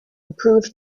improves